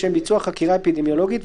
לשם ביצוע חקירה אפידמיולוגית,